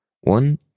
One